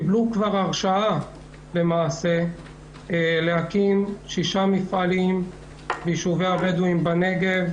קיבלו כבר הרשאה להקים שישה מפעלים בישובי הבדואים בנגב,